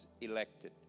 elected